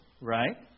right